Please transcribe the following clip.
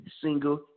single